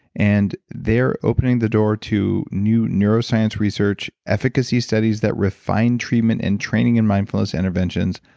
and they're opening the door to new neuroscience research, efficacy studies that refine treatment and training in mindfulness interventions,